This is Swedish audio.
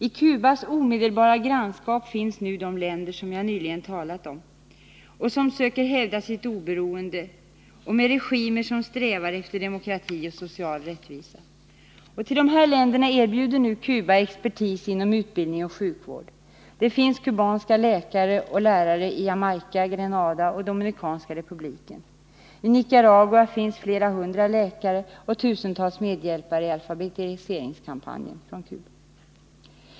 I Cubas omedelbara grannskap finns nu de länder som jag nyligen talat om, som söker hävda sitt oberoende och som har regimer som strävar efter demokrati och social rättvisa. Till dessa länder erbjuder nu Cuba expertis inom utbildning och sjukvård. Det finns kubanska läkare och lärare i Jamaica, Grenada och Dominikanska republiken. I Nicaragua finns flera hundra läkare och tusentals medhjälpare i alfabetiseringskampanjen som kommer från Cuba.